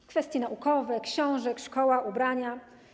Są kwestie naukowe, książek, szkoły, ubrania.